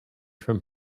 from